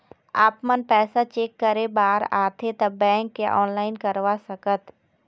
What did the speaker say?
आपमन पैसा चेक करे बार आथे ता बैंक या ऑनलाइन करवा सकत?